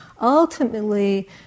ultimately